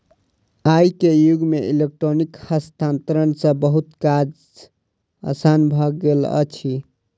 आई के युग में इलेक्ट्रॉनिक हस्तांतरण सॅ बहुत काज आसान भ गेल अछि